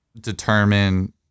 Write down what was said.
determine